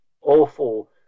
awful